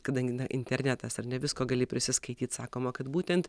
kadangi na internetas ar ne visko gali prisiskaityt sakoma kad būtent